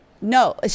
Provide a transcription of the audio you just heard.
No